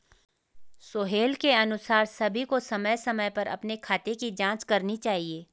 सोहेल के अनुसार सभी को समय समय पर अपने खाते की जांच करनी चाहिए